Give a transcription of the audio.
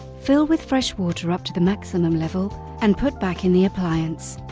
fill with fresh water up to the maximum level and put back in the appliance.